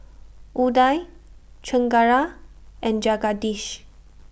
Udai Chengara and Jagadish